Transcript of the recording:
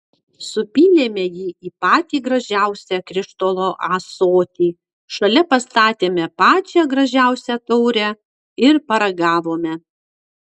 supylėme jį į patį gražiausią krištolo ąsotį šalia pastatėme pačią gražiausią taurę ir paragavome